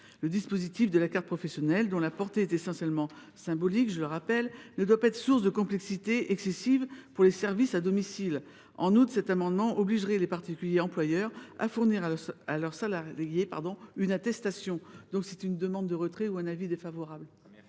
Le dispositif de la carte professionnelle, dont la portée est essentiellement symbolique, ne doit pas être la source d’une complexité excessive pour les services à domicile. En outre, cet amendement obligerait les particuliers employeurs à fournir à leur salarié une attestation. La commission demande le retrait de cet amendement